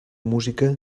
música